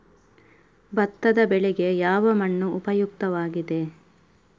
ಭತ್ತದ ಬೆಳೆಗೆ ಯಾವ ಮಣ್ಣು ಉಪಯುಕ್ತವಾಗಿದೆ?